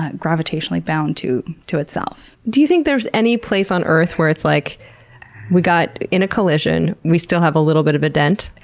gravitationally bound to to itself. do you think there's any place on earth where like we got in a collision, we still have a little bit of a dent?